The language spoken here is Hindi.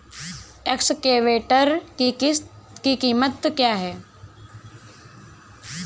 एक्सकेवेटर की कीमत क्या है?